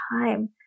time